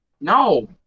No